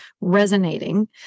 resonating